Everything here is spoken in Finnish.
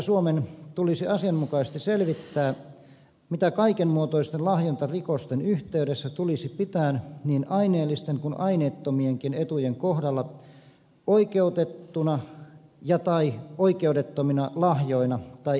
greco suosittelee suomea asianmukaisesti selventämään mitä kaikenmuotoisten lahjontarikosten yhteydessä tulisi pitää niin aineellisten kuin aineettomienkin etujen kohdalla oikeutettuna tai oikeudettomina etuina